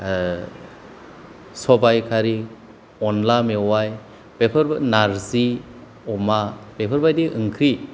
सबाइ खारि अनला मेवाइ बेफोरबो नारजि अमा बेफोरबादि ओंख्रि